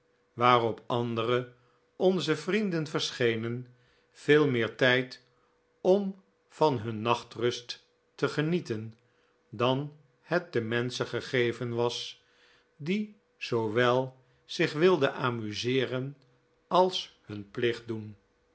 waarop andere onzer vrienden verschenen veel meer tijd om van hun nachtrust te genieten dan het de menschen gegeven was die zoowel zich wilden amuseeren als hun plicht doen